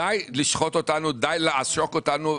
די לשחוט אותנו, די לעשוק אותנו.